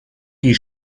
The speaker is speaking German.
die